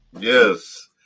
Yes